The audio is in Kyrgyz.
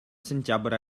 сентябрь